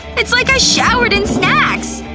it's like i showered in snacks!